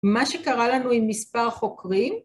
מה שקרה לנו עם מספר חוקרים